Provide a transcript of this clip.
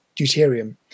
deuterium